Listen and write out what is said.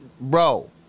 bro